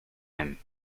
him